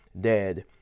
dead